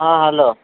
ହଁ ହେଲୋ